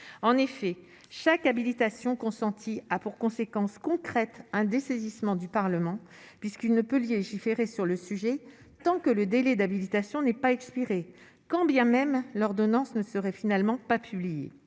en effet chaque habitation consenti a pour conséquence concrète : un dessaisissement du Parlement puisqu'il ne peut lier légiférer sur le sujet tant que le délai d'habilitation n'est pas expiré, quand bien même l'ordonnance ne serait finalement pas publié,